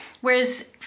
Whereas